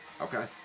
Okay